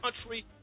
country